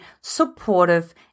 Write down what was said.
supportive